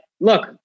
look